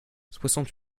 soixante